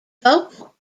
vocal